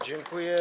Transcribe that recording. Dziękuję.